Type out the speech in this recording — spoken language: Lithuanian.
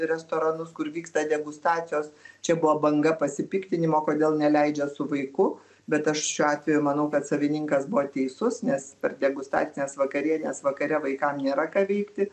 restoranus kur vyksta degustacijos čia buvo banga pasipiktinimo kodėl neleidžia su vaiku bet aš šiuo atveju manau kad savininkas buvo teisus nes per degustacines vakarienes vakare vaikam nėra ką veikti